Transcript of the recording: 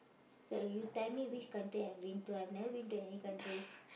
so you tell me which country I've been to I've never been to any countries